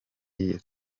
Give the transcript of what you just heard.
iya